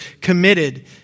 committed